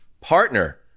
partner